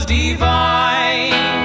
divine